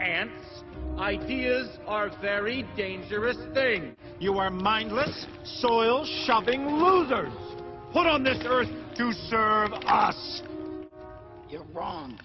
and ideas are very dangerous thing you are mindless soil shopping loser put on this earth to serve the wrong